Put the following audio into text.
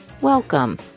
Welcome